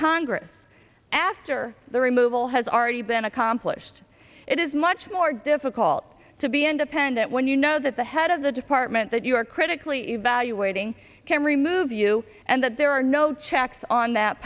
congress after the removal has already been accomplished it is much more difficult to be independent when you know that the head of the department that you are critically evaluating can remove you and that there are no checks on that